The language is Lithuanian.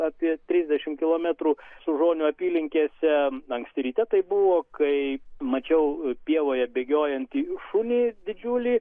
apie trisdešimt kilometrų sužonių apylinkėse anksti ryte tai buvo kai mačiau pievoje bėgiojantį šunį didžiulį